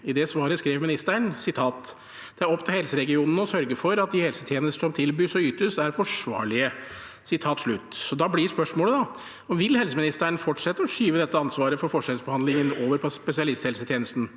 I det svaret skrev ministeren: «Det er opp til helseregionene å sørge for at de helsetjenester som tilbys og ytes er forsvarlige». Da blir spørsmålet: Vil helseministeren fortsette å skyve ansvaret for forskjellsbehandlingen over på spesialisthelsetjenesten,